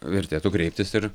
vertėtų kreiptis ir